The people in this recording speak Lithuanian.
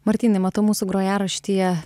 martynai matau mūsų grojaraštyje